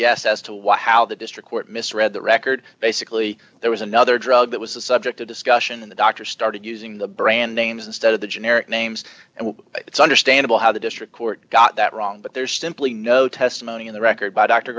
guess as to what how the district court misread the record basically there was another drug that was the subject of discussion and the doctor started using the brand names instead of the generic names and it's understandable how the district court got that wrong but there's simply no testimony in the record by d